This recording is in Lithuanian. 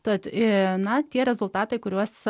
tad ir na tie rezultatai kuriuos